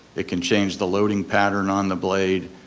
it can change the loading pattern on the blade,